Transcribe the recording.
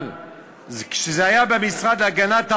אבל כשזה היה במשרד להגנת העורף,